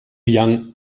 young